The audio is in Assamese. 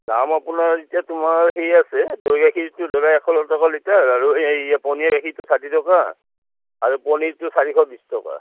দাম আপোনাৰ এতিয়া তোমাৰ সেই আছে দৈ গাখীৰটো ধৰা এশ টকা লিটাৰ আৰু এই পনীয়া গাখীৰটো ষাঠি টকা আৰু পনীৰটো চাৰিশ বিছ টকা